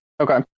Okay